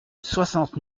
soixante